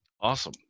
Awesome